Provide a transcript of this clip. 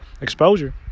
exposure